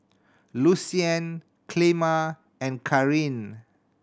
Lucian Clemma and Carin